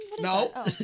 No